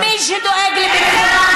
מי שדואג לביטחונם